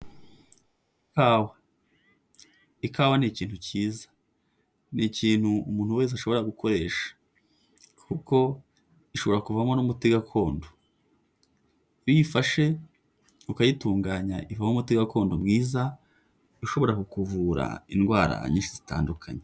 Ikawa. Ikawa ni ikintu kiza. Ni ikintu umuntu wese ashobora gukoresha. Kuko, ishobora kuvomo n'umuti gakondo. Uyifashe ukayitunganya ivamo umute gakondo mwiza, ushobora ku kuvura indwara nyinshi zitandukanye.